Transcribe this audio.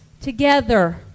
together